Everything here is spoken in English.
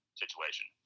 situation